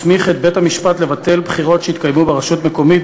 מסמיך את בית-המשפט לבטל בחירות שהתקיימו ברשות מקומית